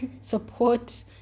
support